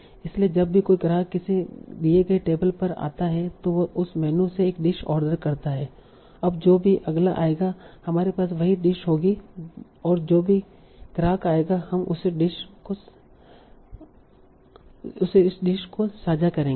इसलिए जब भी कोई ग्राहक किसी दिए गए टेबल पर आता है तो वह उस मेनू से एक डिश ऑर्डर करता है अब जो भी अगला आएगा हमारे पास वही डिश होगी और जो भी ग्राहक आएगा हम उसी डिश को साझा करेंगे